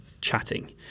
chatting